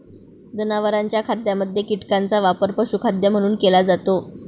जनावरांच्या खाद्यामध्ये कीटकांचा वापर पशुखाद्य म्हणून केला जातो